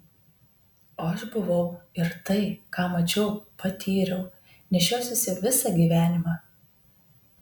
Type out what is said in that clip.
o aš buvau ir tai ką mačiau patyriau nešiosiuosi visą gyvenimą